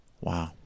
Wow